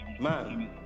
man